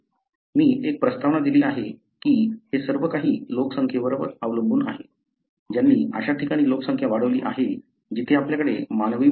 मी एक प्रस्तावना दिली आहे की हे सर्व काही लोकसंख्येवर अवलंबून आहे ज्यांनी अशा ठिकाणी लोकसंख्या वाढवली आहे जिथे आपल्याकडे मानवी वस्ती नव्हती